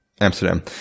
Amsterdam